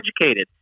educated